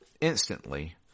instantly